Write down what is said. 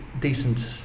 decent